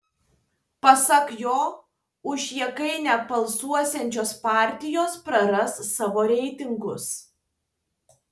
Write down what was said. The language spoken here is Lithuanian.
pasak jo už jėgainę balsuosiančios partijos praras savo reitingus